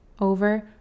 over